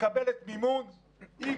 מקבלת מימון X,